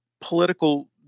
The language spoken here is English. political